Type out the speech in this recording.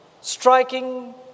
striking